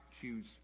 choose